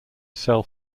self